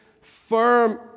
firm